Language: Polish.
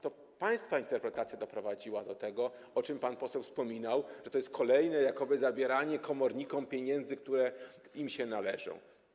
To państwa interpretacja doprowadziła do tego, o czym pan poseł wspominał, że to jest kolejne jakoby zabieranie komornikom pieniędzy, które im się należą.